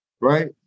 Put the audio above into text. right